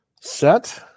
set